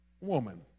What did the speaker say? woman